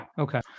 Okay